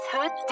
Hood